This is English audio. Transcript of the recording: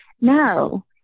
No